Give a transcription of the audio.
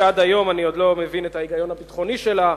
שעד היום אני עוד לא מבין את ההיגיון הביטחוני שלה,